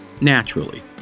naturally